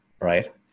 right